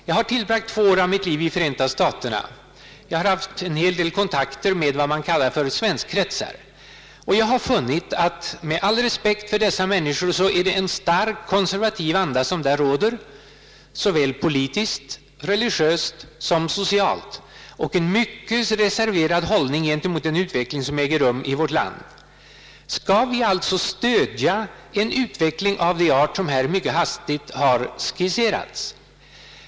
Jag har tillbragt två år av mitt liv i Förenta staterna och haft en hel del kontakter med vad man kallar svenskkretsar, och jag har funnit — med all respekt för dessa människor — att det råder en starkt konservativ anda, såväl politiskt, religiöst som socialt, och en mycket reserverad hållning gentemot den utveckling som äger rum i vårt land. Skall vi alltså ge ett stöd av den art som här mycket hastigt har skisserats?